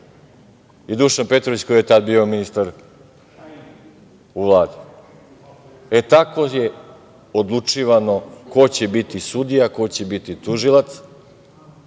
i Dušan Petrović koji je tad bio ministar u Vladi. Tako je odlučivano ko će biti sudija, ko će biti tužilac